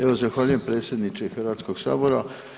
Evo zahvaljujem predsjedniče Hrvatskog sabora.